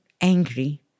angry